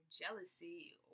jealousy